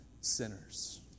sinners